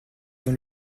dans